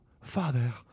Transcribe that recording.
father